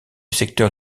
secteur